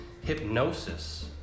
Hypnosis